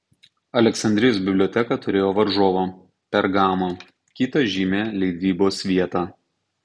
aleksandrijos biblioteka turėjo varžovą pergamą kitą žymią leidybos vietą